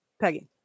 peggy